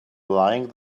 lying